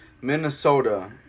Minnesota